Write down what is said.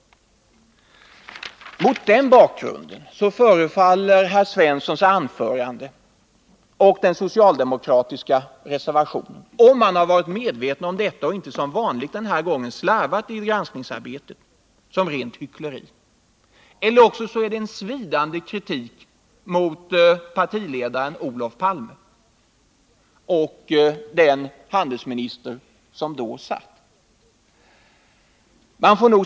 Mot den bakgrunden förefaller herr Svenssons anförande och den socialdemokratiska reservationen att vara rent hyckleri — om man varit medveten om detta och inte, som vanligt, också den här gången slarvat i granskningsarbetet — eller också är det en svidande kritik mot partiledaren Olof Palme och den dåvarande handelsministern.